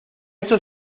eso